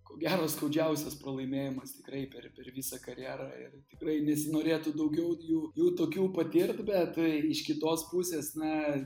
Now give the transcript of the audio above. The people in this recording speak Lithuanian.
ko gero skaudžiausias pralaimėjimas tikrai per per visą karjerą ir tikrai nesinorėtų daugiau jų jų tokių patirt bet iš kitos pusės na